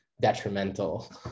detrimental